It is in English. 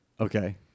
Okay